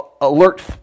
alert